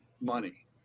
money